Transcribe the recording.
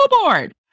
board